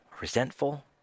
resentful